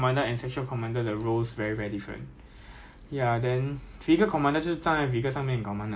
ya so they're as good as infantry you get all the vehicle !hey! !hey! bla bla bla bla bla 那种 lor